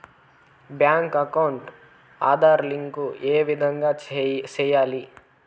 Bank account Aadhaar link ఏ విధంగా సెయ్యాలి?